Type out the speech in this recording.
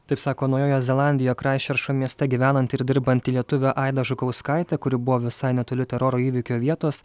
taip sako naujojoje zelandijoje kraisčerčo mieste gyvenanti ir dirbanti lietuvė aida žukauskaitė kuri buvo visai netoli teroro įvykio vietos